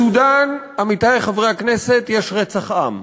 בסודאן, עמיתי חברי הכנסת, יש רצח עם.